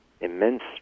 immense